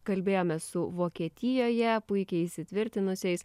kalbėjomės su vokietijoje puikiai įsitvirtinusiais